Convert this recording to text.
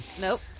Nope